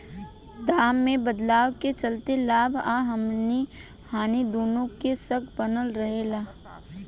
दाम में बदलाव के चलते लाभ आ हानि दुनो के शक बनल रहे ला